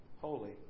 holy